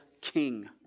king